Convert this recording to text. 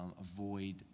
avoid